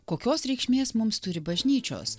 kokios reikšmės mums turi bažnyčios